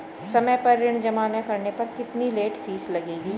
समय पर ऋण जमा न करने पर कितनी लेट फीस लगेगी?